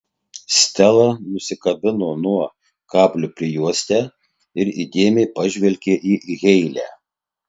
stela nusikabino nuo kablio prijuostę ir įdėmiai pažvelgė į heile